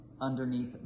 underneath